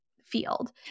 field